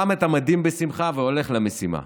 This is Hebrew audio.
שם את המדים בשמחה והולך למשימה,